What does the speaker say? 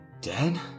dead